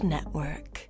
Network